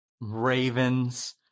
Ravens